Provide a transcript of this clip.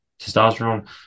testosterone